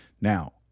Now